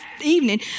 evening